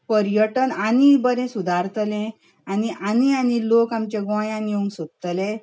पर्यटन आनी बरें सुदारतलें आनी आनी आनी लोक आमच्या गोंयांत येवंक सोदतले